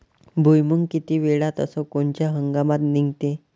भुईमुंग किती वेळात अस कोनच्या हंगामात निगते?